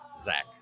Zach